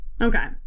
Okay